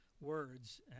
words